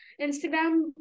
Instagram